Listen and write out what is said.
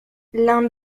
l’un